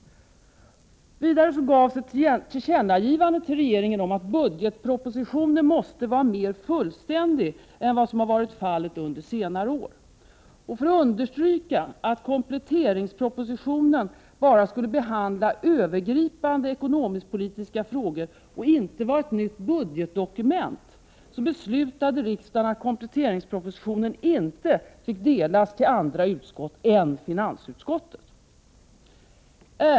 Vidare gavs ett tillkännagivande till regeringen om att budgetpropositionen måste vara mer fullständig än vad som har varit fallet under senare år. För att understryka att kompletteringspropositionen bara skulle behandla övergripande ekonomisk-politiska frågor — och inte vara ett nytt budgetdokument — beslutade riksdagen att kompletteringspropositionen inte skulle få delas till andra utskott än finansutskottet.